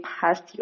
past